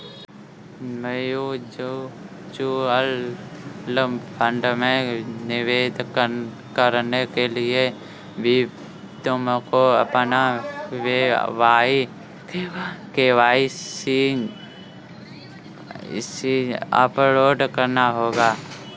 mutual fund में निवेश करने के लिए भी तुमको अपना के.वाई.सी अपडेट कराना होगा